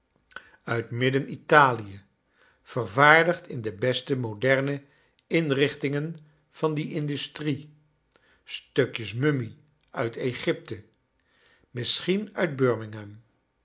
uit midden italie vervaardigd in de beste moderne inrichtingen van die industrie stukjes mummie uit egypte misschien